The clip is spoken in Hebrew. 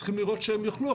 צריכים לראות שהם יאכלו.